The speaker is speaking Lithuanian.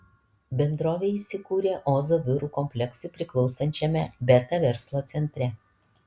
bendrovė įsikūrė ozo biurų kompleksui priklausančiame beta verslo centre